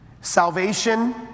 Salvation